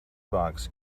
box